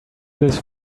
this